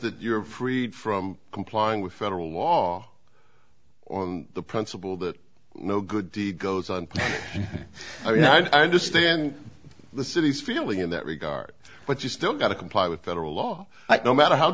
that you're freed from complying with federal law or the principle that no good deed goes on i mean i understand the city's feeling in that regard but you still got to comply with federal law i don't matter how